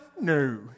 No